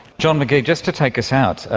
john mcghee, just to take us out,